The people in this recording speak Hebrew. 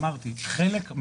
אמרתי חלק,